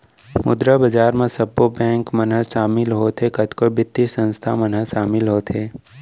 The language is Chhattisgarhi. मुद्रा बजार म सब्बो बेंक मन ह सामिल होथे, कतको बित्तीय संस्थान मन ह सामिल होथे